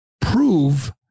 prove